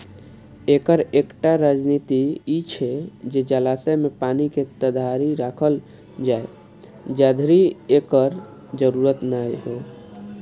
एकर एकटा रणनीति ई छै जे जलाशय मे पानि के ताधरि राखल जाए, जाधरि एकर जरूरत नै हो